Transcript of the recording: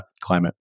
climate